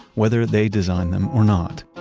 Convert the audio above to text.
whether they designed them or not.